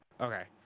Okay